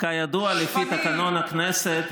לפי תקנון הכנסת,